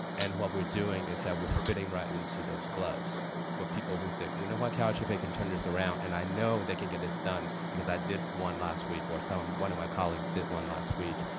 and what we're doing is that we're fitting right into those gloves for people who say, we know why calhfa can turn this around. and i know they can get this done, because i did one last week, or so and one of my colleagues did one last week.